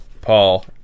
Paul